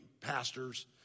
pastors